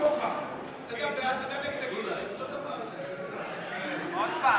כהצעת הוועדה, נתקבל.